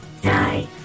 Die